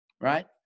right